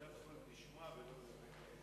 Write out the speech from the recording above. גברתי היושבת-ראש, מכובדי השר,